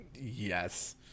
Yes